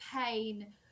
pain